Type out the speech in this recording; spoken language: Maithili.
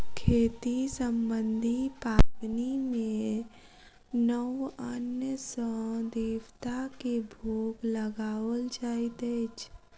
खेती सम्बन्धी पाबनि मे नव अन्न सॅ देवता के भोग लगाओल जाइत अछि